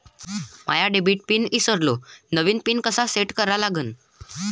माया debit PIN ईसरलो, नवा PIN कसा सेट करा लागन?